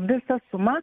visa suma